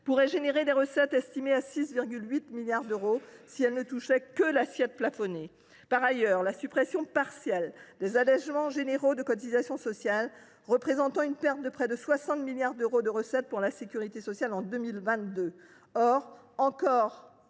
pourrait générer des recettes estimées à 6,8 milliards d’euros si elle ne touchait que l’assiette plafonnée. Par ailleurs, la suppression partielle des allégements généraux de cotisations sociales, qui représentent une perte de près de 60 milliards d’euros de recettes pour la sécurité sociale en 2022,